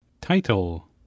Title